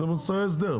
זה מוסכי הסדר.